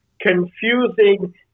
confusing